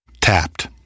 Tapped